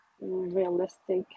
Realistic